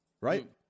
Right